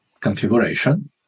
configuration